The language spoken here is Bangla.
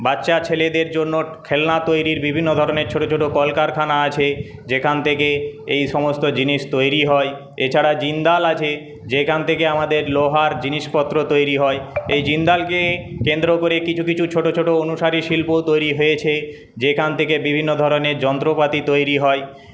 বাচ্চা ছেলেদের জন্য খেলনা তৈরির বিভিন্ন ধরণের ছোটো ছোটো কলকারখানা আছে যেখান থেকে এইসমস্ত জিনিস তৈরি হয় এছাড়া জিন্দাল আছে যেখান থেকে আমাদের লোহার জিনিসপত্র তৈরি হয় এই জিন্দালকে কেন্দ্র করে কিছু কিছু ছোটো ছোটো অনুসারী শিল্প তৈরি হয়েছে যেখান থেকে বিভিন্ন ধরণের যন্ত্রপাতি তৈরি হয়